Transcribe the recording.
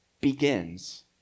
begins